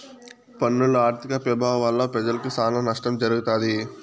పన్నుల ఆర్థిక పెభావాల వల్ల పెజలకి సానా నష్టం జరగతాది